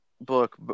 book